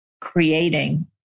creating